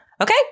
Okay